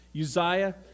Uzziah